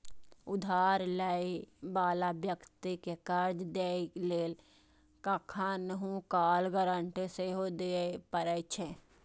उधार लै बला व्यक्ति कें कर्ज दै लेल कखनहुं काल गारंटी सेहो दियै पड़ै छै